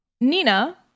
Nina